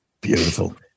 beautiful